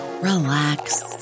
relax